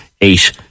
eight